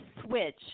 switch